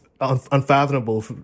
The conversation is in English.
unfathomable